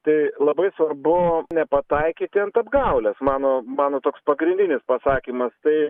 tai labai svarbu nepataikyti ant apgaulės mano mano toks pagrindinis pasakymas tai